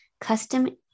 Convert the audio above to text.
custom